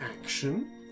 action